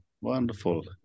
Wonderful